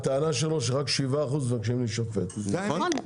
הטענה שלו שרק 7% מבקשים להישפט, זה נכון?